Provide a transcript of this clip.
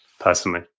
personally